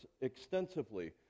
extensively